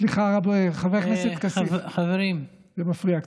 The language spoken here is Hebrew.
סליחה, חבר הכנסת כסיף, זה מפריע קצת.